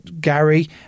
Gary